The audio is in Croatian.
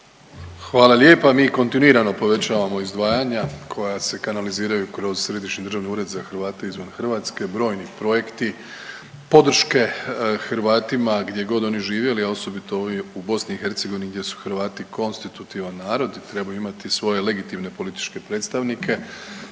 Hvala lijepa. Mi kontinuirano povećavamo izdvajanja koja se kanaliziraju kroz Središnji državni ured za Hrvate izvan Hrvatske, brojni projekti podrške Hrvatima gdje god oni živjeli a osobito ovi u BiH gdje su Hrvati konstitutivan narod, trebaju imati svoje legitimne političke predstavnike